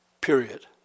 Period